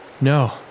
No